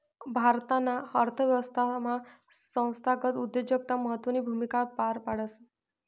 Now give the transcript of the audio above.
भारताना अर्थव्यवस्थामा संस्थागत उद्योजकता महत्वनी भूमिका पार पाडस